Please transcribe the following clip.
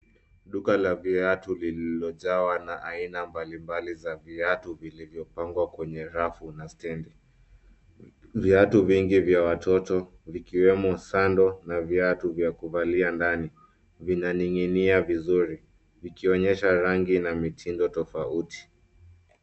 Duka la viatu likilojawa na aina mbalimbali za viatu vilivyo pangwa kwenye rafu na stendi . Viatu vingi vya watoto vikiwemo Sandol na viatu vya kuvalia ndani vinaninginia vizuri vikionyesha rangi na mitindo tofauti